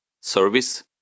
service